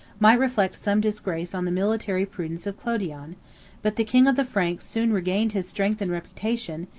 might reflect some disgrace on the military prudence of clodion but the king of the franks soon regained his strength and reputation,